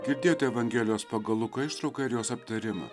girdėjote evangelijos pagal luką ištrauką ir jos aptarimą